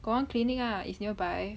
got one clinic lah is nearby